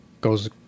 goes –